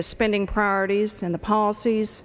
the spending priorities and the policies